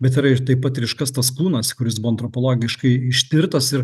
bet yra ir taip ir iškastas kūnas kuris buvo antropologiškai ištirtas ir